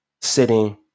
sitting